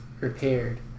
repaired